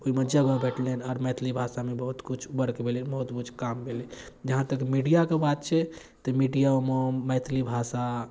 ओहिमे जगह भेटलनि आओर मैथिली भाषामे बहुत किछु बर्क भेलै बहुत किछु काम भेलै जहाँ तक मिडिआके बात छै तऽ मिडीओमे मैथिली भाषा